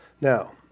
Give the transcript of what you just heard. Now